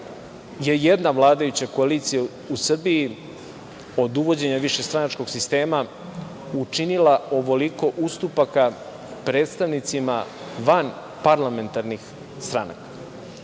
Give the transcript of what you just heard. je jedna vladajuća koalicija u Srbiji od uvođenja višestranačkog sistema učinila ovoliko ustupaka predstavnicima vanparlamentarnih stranaka. Mi